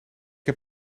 heb